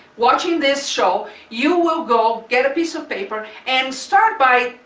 watching this show, you will go get a piece of paper and start by,